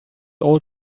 old